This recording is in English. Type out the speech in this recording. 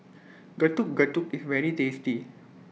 Getuk Getuk IS very tasty